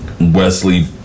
Wesley